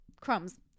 crumbs